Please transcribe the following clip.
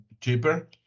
cheaper